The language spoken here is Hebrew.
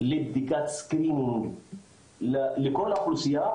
לבדיקת SCREENING לכל האוכלוסייה.